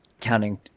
counting